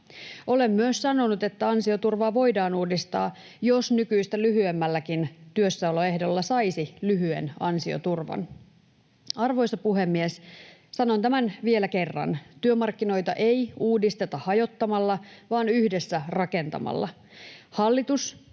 Olen myös sanonut, että ansioturvaa voidaan uudistaa, jos nykyistä lyhyemmälläkin työssäoloehdolla saisi lyhyen ansioturvan. Arvoisa puhemies! Sanon tämän vielä kerran: työmarkkinoita ei uudisteta hajottamalla vaan yhdessä rakentamalla.